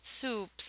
soups